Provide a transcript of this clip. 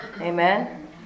amen